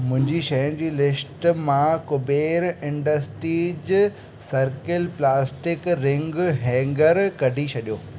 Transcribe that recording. मुंहिंजी शयुनि जी लिस्ट मां Kuber industries circle plastic ring hanger कढी छॾियो